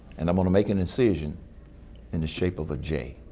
and i'm going to make an incision in the shape of a j.